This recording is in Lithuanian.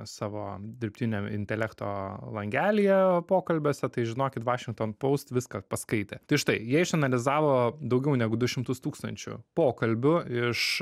savo dirbtiniam intelekto langelyje pokalbiuose tai žinokit washington post viską paskaitė tai štai jie išanalizavo daugiau negu du šimtus tūkstančių pokalbių iš